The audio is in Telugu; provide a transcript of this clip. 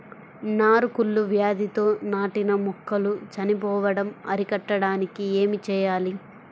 నారు కుళ్ళు వ్యాధితో నాటిన మొక్కలు చనిపోవడం అరికట్టడానికి ఏమి చేయాలి?